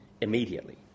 immediately